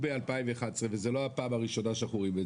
ב-2010 היו 952 רפתות, ב-2020 היו 690